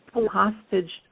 hostage